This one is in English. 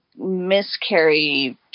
miscarry